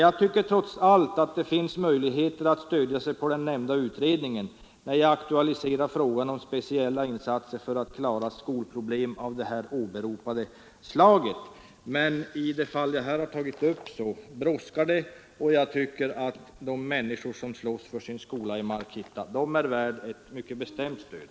Jag tycker dock trots allt att det finns möjligheter att stödja sig på den nämnda utredningen, när jag aktualiserar frågan om speciella insatser för att klara skolproblem av det här åberopade slaget. I det fall jag tagit upp brådskar det, och jag tycker att de människor Nr 103 som slåss för sin skola i Markitta är värda ett mycket bestämt stöd.